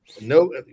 no